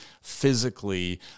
physically